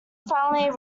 finally